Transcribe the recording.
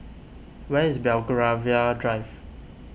where is Belgravia Drive